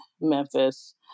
Memphis